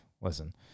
listen